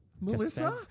Melissa